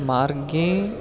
मार्गे